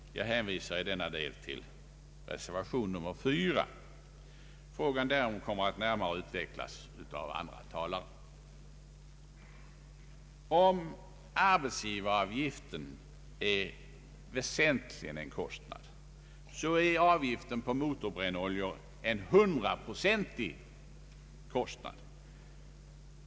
Jag hänvisar i denna del till reservation 4. Om arbetsgivaravgiften är en väsentlig kostnad, så är avgiften på motorbrännoljor en hundraprocentig kostnad.